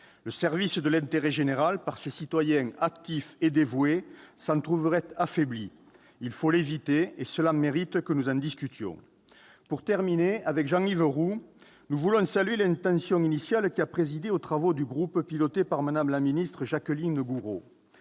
Le service de l'intérêt général par ces citoyens actifs et dévoués s'en trouverait affaibli. Il faut l'éviter, et cela mérite que nous en discutions. Pour terminer, Jean-Yves Roux et moi-même voulons saluer l'intention initiale qui a présidé aux travaux du groupe piloté par Mme la ministre Jacqueline Gourault.